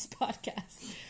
podcast